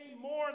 more